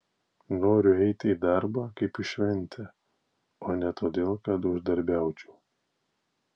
noriu eiti į darbą kaip į šventę o ne todėl kad uždarbiaučiau